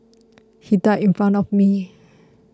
he died in front of me